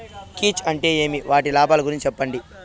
కీచ్ అంటే ఏమి? వాటి లాభాలు గురించి సెప్పండి?